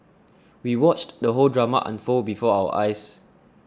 we watched the whole drama unfold before our eyes